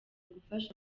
gufasha